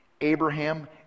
Abraham